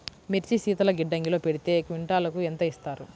మిర్చి శీతల గిడ్డంగిలో పెడితే క్వింటాలుకు ఎంత ఇస్తారు?